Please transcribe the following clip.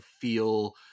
feel